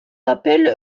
appels